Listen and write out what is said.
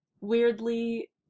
weirdly